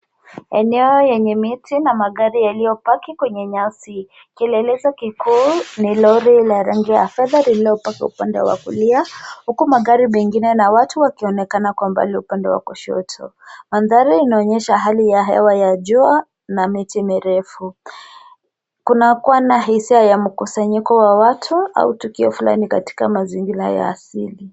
Eneo lenye miti na magari yaliyopaki kwenye nyasi. Kielelezo kikuu ni lori la rangi ya fedha lililopaki upande wa kulia huku magari mengine na watu wakionekana upande wa kushoto. Mandhari inaonyesha hali ya hewa ya jua na miti mirefu. Kunakuwa na hisia ya mkusanyiko wa watu au tukio fulani katika mazingira ya asili.